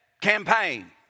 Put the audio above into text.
campaign